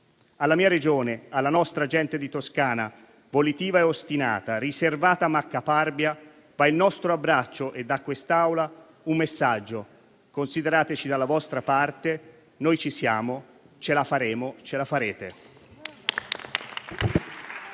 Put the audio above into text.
Alla mia Regione, alla nostra gente di Toscana, volitiva e ostinata, riservata ma caparbia, vanno il nostro abbraccio e da quest'Aula un messaggio: considerateci dalla vostra parte, noi ci siamo, ce la faremo, ce la farete.